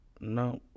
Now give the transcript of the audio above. No